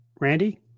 Randy